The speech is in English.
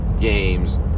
games